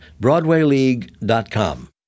broadwayleague.com